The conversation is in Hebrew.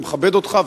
ומכבד אותך,